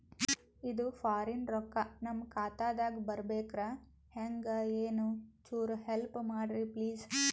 ಇದು ಫಾರಿನ ರೊಕ್ಕ ನಮ್ಮ ಖಾತಾ ದಾಗ ಬರಬೆಕ್ರ, ಹೆಂಗ ಏನು ಚುರು ಹೆಲ್ಪ ಮಾಡ್ರಿ ಪ್ಲಿಸ?